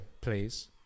please